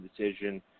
decision